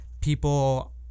people